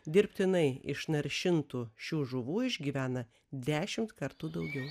dirbtinai išnaršintų šių žuvų išgyvena dešimt kartų daugiau